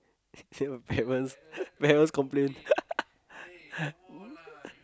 say my parents parents complain